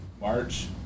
March